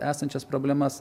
esančias problemas